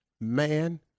Man